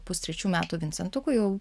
pustrečių metų vincentuku jau